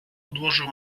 odłożył